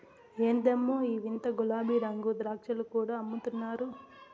ఎందమ్మో ఈ వింత గులాబీరంగు ద్రాక్షలు కూడా అమ్ముతున్నారు